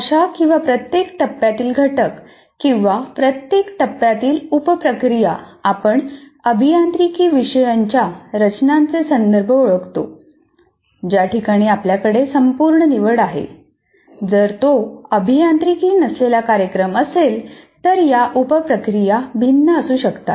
भाषा किंवा प्रत्येक टप्प्यातील घटक किंवा प्रत्येक टप्प्यातील उप प्रक्रिया आपण अभियांत्रिकी विषयांच्या रचनांचे संदर्भ ओळखतो जर तो अभियांत्रिकी नसलेला कार्यक्रम असेल तर या उप प्रक्रिया भिन्न असू शकतात